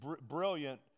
brilliant